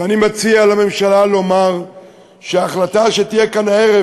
ואני מציע לממשלה לומר שההחלטה שתהיה כאן הערב,